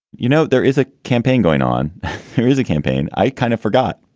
you know, there is a campaign going on here is a campaign. i kind of forgot.